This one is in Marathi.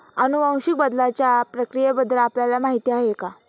अनुवांशिक बदलाच्या प्रक्रियेबद्दल आपल्याला माहिती आहे का?